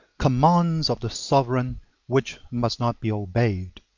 commands of the sovereign which must not be obeyed.